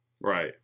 Right